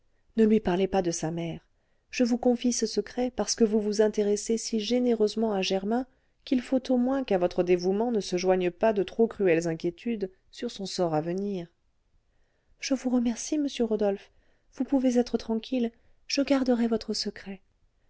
ne lui parlez pas de sa mère je vous confie ce secret parce que vous vous intéressez si généreusement à germain qu'il faut au moins qu'à votre dévouement ne se joignent pas de trop cruelles inquiétudes sur son sort à venir je vous remercie monsieur rodolphe vous pouvez être tranquille je garderai votre secret